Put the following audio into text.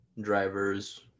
drivers